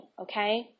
Okay